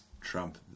trump –